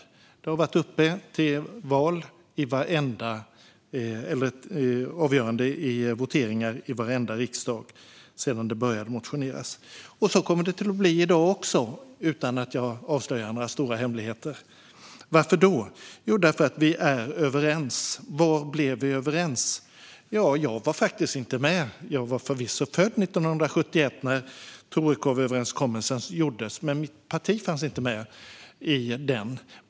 Frågan har varit uppe för avgörande i voteringar i varenda riksdag sedan det började motioneras. Så kommer det att bli i dag också. Det kan jag säga utan att avslöja några stora hemligheter. Varför kommer det att bli så? Jo, därför att vi är överens. Var blev vi överens? Jag var faktiskt inte med. Jag var förvisso född 1971 när Torekovöverenskommelsen gjordes, men mitt parti fanns inte med i den.